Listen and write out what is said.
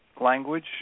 language